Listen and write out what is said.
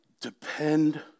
Depend